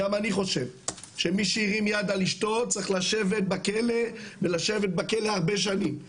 גם אני חושב שמי שהרים יד על אשתו צריך לשבת בכלא ולשבת בכלא הרבה שנים.